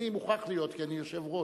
אני מוכרח להיות כי אני יושב-ראש,